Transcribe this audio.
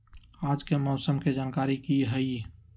आज के मौसम के जानकारी कि हई?